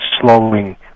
slowing